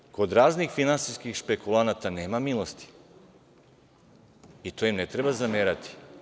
Znate, kod raznih finansijskih špekulanata nema milosti i to im ne treba zamerati.